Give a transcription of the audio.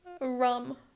Rum